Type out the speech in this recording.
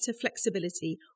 flexibility